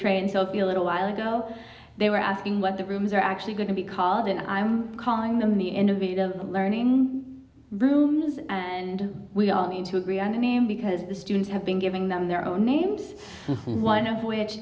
soulsby a little while ago they were asking what the rooms are actually going to be called and i'm calling them the innovative learning rooms and we all need to agree on a name because the students have been giving them their own names one of which